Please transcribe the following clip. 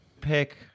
pick